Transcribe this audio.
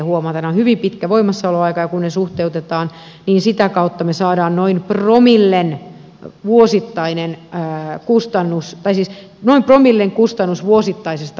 on hyvin pitkä voimassaoloaika ja kun ne tuotot suhteutetaan niin sitä kautta me saamme noin promillen kustannuksen vuosittaisesta liikevaihdosta